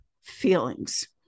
feelings